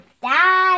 Bye